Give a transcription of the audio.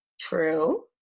True